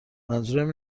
منظورم